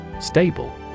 Stable